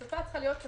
השפה צריכה להיות-